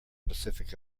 pacific